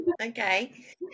Okay